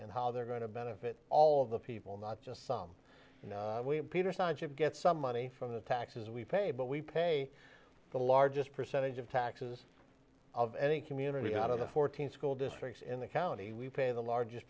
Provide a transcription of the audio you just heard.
and how they're going to benefit all of the people not just some peter sonship get some money from the taxes we pay but we pay the largest percentage of taxes of any community out of the fourteen school districts in the county we pay the largest